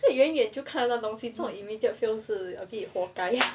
这种远远就看得到的东西 immediate fail 也是活该